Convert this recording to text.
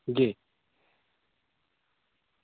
جی